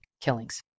killings